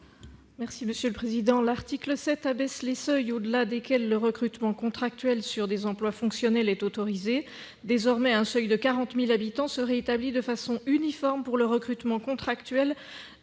Mme Sylvie Vermeillet. L'article 7 abaisse les seuils au-delà desquels le recrutement contractuel sur des emplois fonctionnels est autorisé. Désormais, un seuil de 40 000 habitants serait établi de façon uniforme pour le recrutement contractuel